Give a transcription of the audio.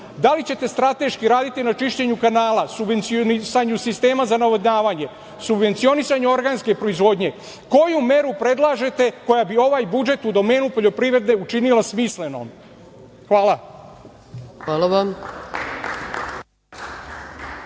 Da li ćete strateški raditi na čišćenju kanala, subvencionisanju sistema za navodnjavanje, subvencionisanju organske proizvodnje? Koju meru predlažete koja bi ovaj budžet u domenu poljoprivrede učinila smislenom? Hvala. **Ana